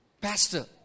pastor